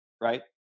right